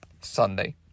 Sunday